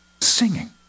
singing